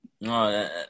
no